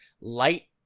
Light